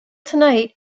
tonight